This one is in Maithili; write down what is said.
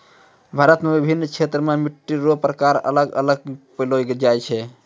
भारत मे विभिन्न क्षेत्र मे मट्टी रो प्रकार अलग अलग पैलो जाय छै